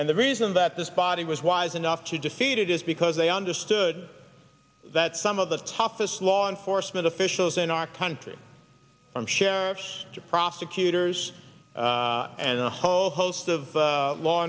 and the reason that this body was wise enough to defeat it is because they understood that some of the toughest law enforcement officials in our country from sheriffs to prosecutors and the whole host of